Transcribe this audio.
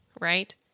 right